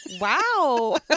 Wow